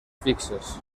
fixes